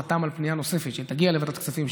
חתם על פנייה נוספת שתגיע לוועדת הכספים,